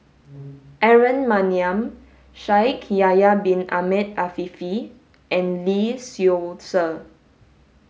Aaron Maniam Shaikh Yahya bin Ahmed Afifi and Lee Seow Ser